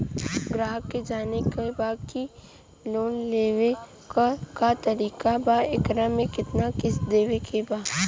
ग्राहक के जाने के बा की की लोन लेवे क का तरीका बा एकरा में कितना किस्त देवे के बा?